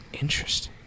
Interesting